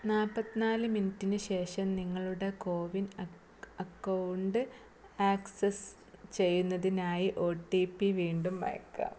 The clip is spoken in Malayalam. നാല്പത്തി നാല് മിനിറ്റിന് ശേഷം നിങ്ങളുടെ കോവിൻ അക്കൗണ്ട് ആക്സസ് ചെയ്യുന്നതിനായി ഒ ട്ടി പി വീണ്ടും അയക്കാം